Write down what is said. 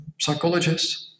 psychologists